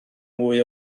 mwy